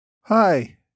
Hi